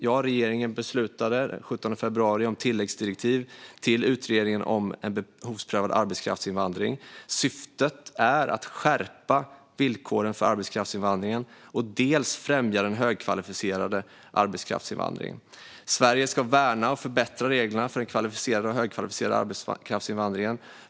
Den 17 februari beslutade regeringen om tilläggsdirektiv till utredningen om en behovsprövad arbetskraftsinvandring. Syftet är dels att skärpa villkoren för arbetskraftsinvandring, dels att främja högkvalificerad arbetskraftsinvandring. Sverige ska värna och förbättra reglerna för kvalificerad och högkvalificerad arbetskraftsinvandring.